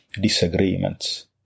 disagreements